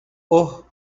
اوه